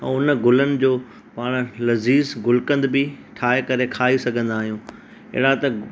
ऐं हुन गुलनि जो पाण लहज़ीज़ गुलकंद बि ठाहे करे खाई सघंदा आहियूं अहिड़ा त